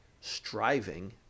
striving